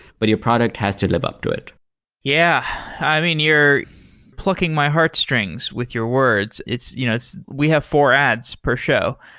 but your product has to live up to it yeah. i mean, you're plucking my heartstrings with your words. you know so we have four ads per show,